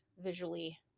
visually